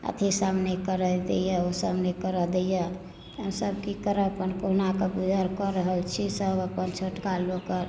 अथीसभ नहि करय दैए ओसभ नहि करय दैए हमसभ की करब अपन कहुनाके गुजर कऽ रहल छी सभ अपन छोटका लोकके